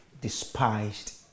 despised